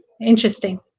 interesting